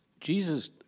Jesus